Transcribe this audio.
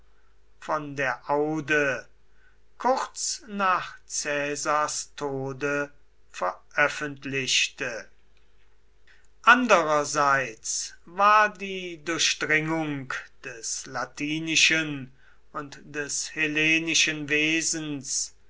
von der aude kurz nach caesars tode veröffentlichte andererseits war die durchdringung des latinischen und des hellenischen wesens